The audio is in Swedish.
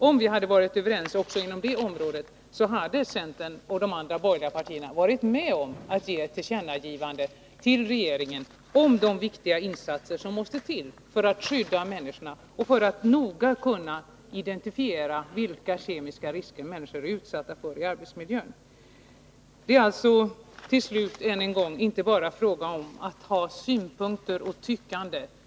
Om vi hade varit överens också inom det området hade centern och de andra borgerliga partierna varit med om att göra ett tillkännagivande till regeringen om de viktiga insatser som behövs för att skydda människorna och för att kunna noga identifiera vilka kemiska risker människor är utsatta för i arbetsmiljön. Det är alltså, än en gång, inte bara fråga om att ha synpunkter och att tycka.